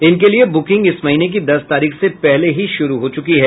इनके लिये बुकिंग इस महीने की दस तारीख से पहले ही शुरू हो चुकी है